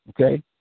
okay